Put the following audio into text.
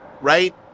right